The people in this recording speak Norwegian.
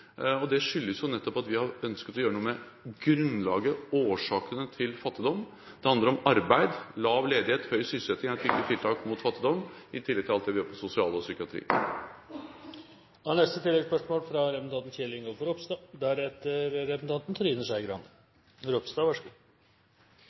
og det skyldes nettopp at vi har ønsket å gjøre noe med grunnlaget for, eller årsakene til, fattigdom. Det handler om arbeid – lav ledighet og høy sysselsetting er en type tiltak mot fattigdom – i tillegg til alt vi gjør innen sosial sektor og psykiatri. Kjell Ingolf Ropstad – til oppfølgingsspørsmål. Statsministeren er